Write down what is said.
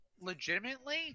Legitimately